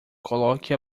coloque